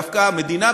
דווקא המדינה,